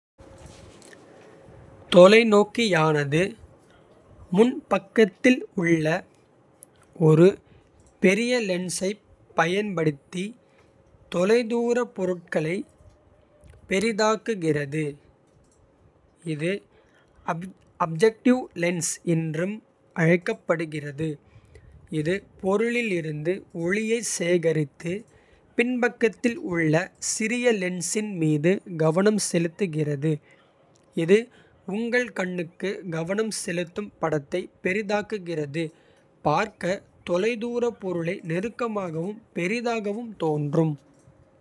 தொலைநோக்கியானது முன்பக்கத்தில் உள்ள ஒரு. பெரிய லென்ஸைப் பயன்படுத்தி தொலைதூரப். பொருட்களைப் பெரிதாக்குகிறது இது அப்ஜெக்டிவ். லென்ஸ் என்று அழைக்கப்படுகிறது. இது பொருளிலிருந்து ஒளியைச் சேகரித்து. பின்பக்கத்தில் உள்ள சிறிய லென்ஸின் மீது கவனம். செலுத்துகிறது இது உங்கள் கண்ணுக்கு கவனம். செலுத்தும் படத்தை பெரிதாக்குகிறது பார்க்க. தொலைதூரப் பொருளை நெருக்கமாகவும் பெரிதாகவும் தோன்றும்.